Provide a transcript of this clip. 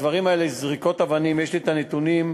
הדברים האלה, זריקות אבנים, יש לי הנתונים,